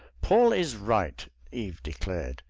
paul is right! eve declared.